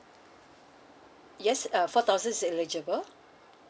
yes uh four thousand is eligible